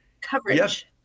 coverage